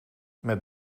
met